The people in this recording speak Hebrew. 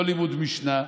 לא לימוד משנה,